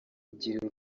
gira